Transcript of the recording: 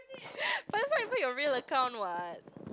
but it's not even your real account [what]